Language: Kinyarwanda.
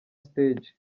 stage